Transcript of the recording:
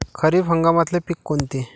खरीप हंगामातले पिकं कोनते?